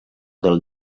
del